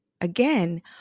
Again